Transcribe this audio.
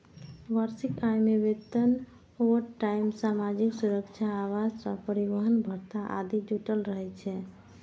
वार्षिक आय मे वेतन, ओवरटाइम, सामाजिक सुरक्षा, आवास आ परिवहन भत्ता आदि जुड़ल रहै छै